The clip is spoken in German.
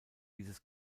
dieses